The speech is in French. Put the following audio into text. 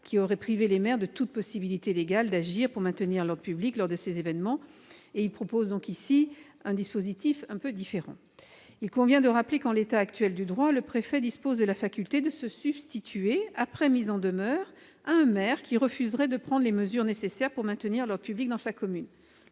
lequel aurait privé les maires de toute possibilité légale d'agir pour maintenir l'ordre public lors de ces événements, et il propose ici un dispositif différent. Il convient de rappeler qu'en l'état actuel du droit le préfet dispose de la faculté de se substituer, après mise en demeure, à un maire qui refuserait de prendre les mesures nécessaires pour maintenir l'ordre public dans sa commune.